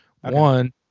One